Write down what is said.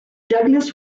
douglas